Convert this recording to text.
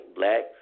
black